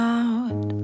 out